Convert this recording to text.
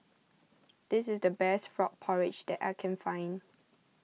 this is the best Frog Porridge that I can find